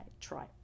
try